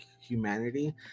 humanity